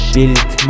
Built